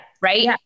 Right